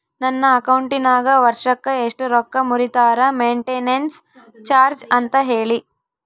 ನನ್ನ ಅಕೌಂಟಿನಾಗ ವರ್ಷಕ್ಕ ಎಷ್ಟು ರೊಕ್ಕ ಮುರಿತಾರ ಮೆಂಟೇನೆನ್ಸ್ ಚಾರ್ಜ್ ಅಂತ ಹೇಳಿ?